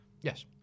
Yes